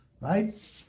right